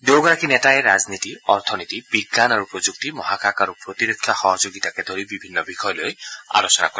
দুয়োগৰাকী নেতাই ৰাজনীতি অৰ্থনীতি বিজ্ঞান আৰু প্ৰযুক্তি মহাকাশ আৰু প্ৰতিৰক্ষা সহযোগিতাকে ধৰি বিভিন্ন বিষয় লৈ আলোচনা কৰে